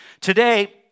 Today